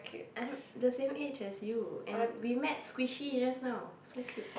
(uh huh) the same age as you and we met squishy just now so cute